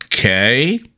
Okay